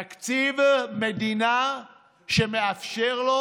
תקציב מדינה שמאפשר לו,